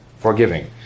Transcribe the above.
forgiving